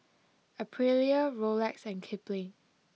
Aprilia Rolex and Kipling